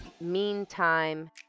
meantime